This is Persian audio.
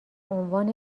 عنوان